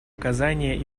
оказания